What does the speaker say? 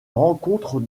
rencontre